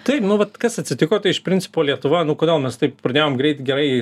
taip nu vat kas atsitiko tai iš principo lietuva nu kodėl mes taip pradėjom greit gerai